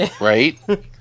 Right